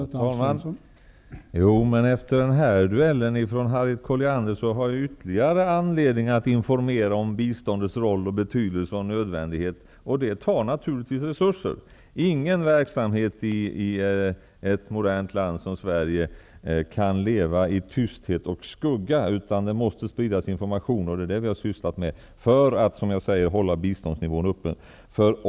Herr talman! Jo, men efter den här duellen med Harriet Colliander har jag fått ytterligare anledning att informera om biståndets roll, betydelse och nödvändighet. Det tar naturligtvis resurser. Ingen verksamhet i ett modernt land som Sverige kan leva i tysthet och skugga. Det måste spridas information, och det är detta vi har sysslat med för att upprätthålla biståndsnivån.